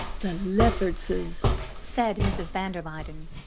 the leffertses said mrs. van der luyden.